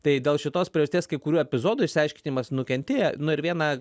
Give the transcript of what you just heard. tai dėl šitos priežasties kai kurių epizodų išsiaiškinimas nukentėję nu ir viena